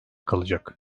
kalacak